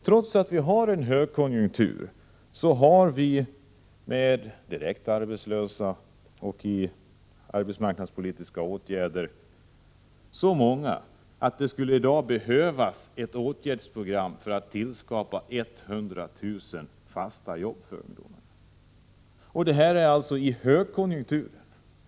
Trots att vi har en högkonjunktur är antalet ungdomar som är öppet arbetslösa eller sysselsatta genom arbetsmarknadspolitiska åtgärder så stort att det skulle behövas ett åtgärdspaket som tillskapade 100 000 fasta jobb. Den situationen har vi alltså under en högkonjunktur.